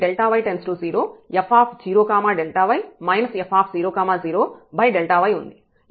ఈ వాదన కారణంగా ఇది 0 అవుతుంది